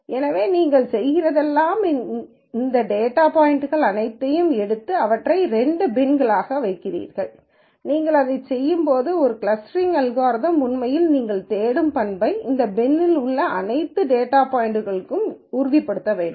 எனவே நீங்கள் செய்கிறதெல்லாம் நீங்கள் இந்த டேட்டா பாய்ன்ட்கள் அனைத்தையும் எடுத்து அவற்றை இரண்டு பின்களாக வைக்கிறீர்கள் நீங்கள் அதைச் செய்யும்போது ஒரு கிளஸ்டரிங் அல்காரிதத்தில் உண்மையில் நீங்கள் தேடும் பண்பை இந்த பின்யில் உள்ள அனைத்து டேட்டா பாய்ன்ட்களும் உறுதிப்படுத்த வேண்டும்